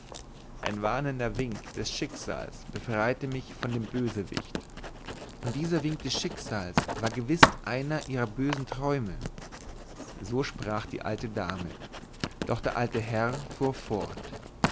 ein warnender wink des schicksals befreiete mich von dem bösewicht und dieser wink des schicksals war gewiß einer ihrer bösen träume so sprach die alte dame doch der alte herr fuhr fort